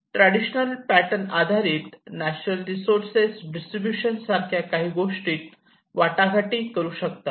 traditional pattern आधारित natural resource distribution सारख्या काही गोष्टीत वाटाघाटी करू शकतात